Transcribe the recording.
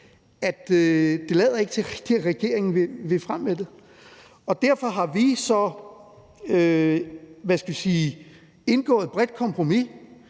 rigtig lader til, at regeringen vil frem med det, og derfor har vi så indgået et bredt kompromis